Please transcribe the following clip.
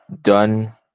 done